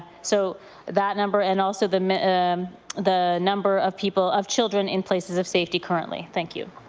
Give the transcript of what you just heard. so that number and also the um the number of people, of children in places of safety currently. thank you.